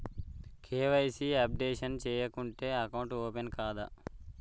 KYC updation చేయకుంటే account open కాదా?